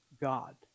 God